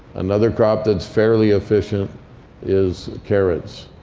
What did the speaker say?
another crop that's fairly efficient is carrots.